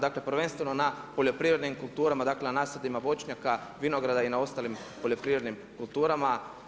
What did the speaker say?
Dakle, prvenstveno na poljoprivrednim kulturama, dakle, na nasadima voćnjaka, vinograda i na ostalim poljoprivrednim kulturama.